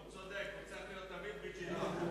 הוא צודק, הוא צריך להיות תמיד בג'יפ אחר.